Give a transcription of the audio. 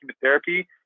chemotherapy